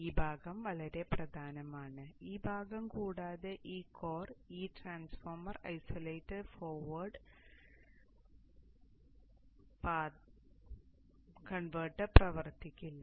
അതിനാൽ ഈ ഭാഗം വളരെ പ്രധാനമാണ് ഈ ഭാഗം കൂടാതെ ഈ കോർ ഈ ട്രാൻസ്ഫോർമർ ഐസൊലേറ്റഡ് ഫോർവേഡ് കൺവെർട്ടർ പ്രവർത്തിക്കില്ല